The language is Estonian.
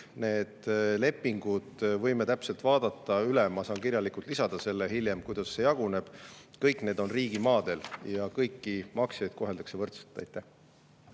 need lepingud võime täpselt vaadata üle, ma saan kirjalikult lisada hiljem, kuidas see jaguneb. Kõik need on riigimaadel ja kõiki maksjaid koheldakse võrdselt. Aitäh!